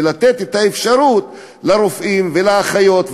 ולתת את האפשרות לרופאים ולאחיות,